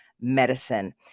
Medicine